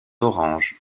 orange